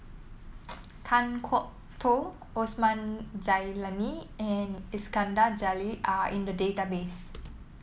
Kan Kwok Toh Osman Zailani and Iskandar Jalil are in the database